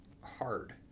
hard